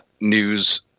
news